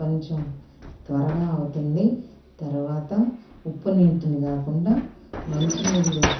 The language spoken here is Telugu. కొంచెం త్వరగా అవుతుంది తర్వాత ఉప్పు నీటిని కాకుండా మంచినీళ్ళు